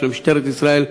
של משטרת ישראל.